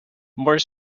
more